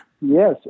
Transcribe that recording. Yes